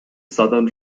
southern